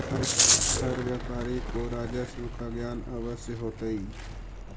हर व्यापारी को राजस्व का ज्ञान अवश्य होतई